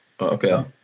Okay